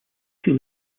two